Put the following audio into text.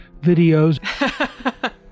videos